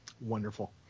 wonderful